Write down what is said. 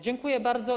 Dziękuję bardzo.